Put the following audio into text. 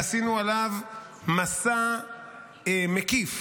עשינו עליו מסע מקיף